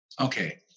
Okay